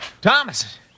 Thomas